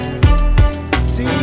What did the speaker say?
See